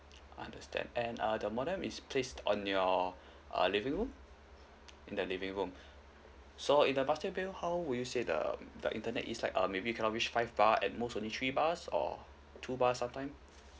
understand and err the modem is placed on your uh living room in the living room so in the master bedroom how will you say the the internet is like uh maybe you cannot reach five bar at most only three bars or two bars sometime